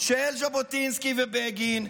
של ז'בוטינסקי ובגין,